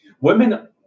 Women